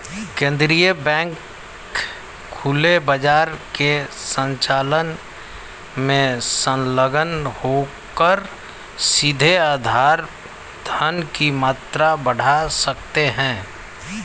केंद्रीय बैंक खुले बाजार के संचालन में संलग्न होकर सीधे आधार धन की मात्रा बढ़ा सकते हैं